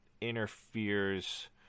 interferes